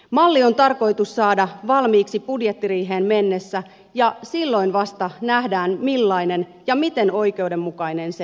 malli on tarkoitus saada valmiiksi budjettiriiheen mennessä ja silloin vasta nähdään millainen ja miten oikeudenmukainen se on